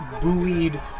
buoyed